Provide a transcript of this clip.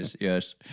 Yes